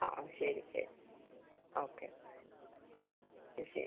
ആ ഓ ശരി ശരി ഓക്കെ ശരി